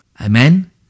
Amen